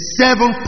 seven